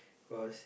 cause